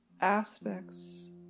aspects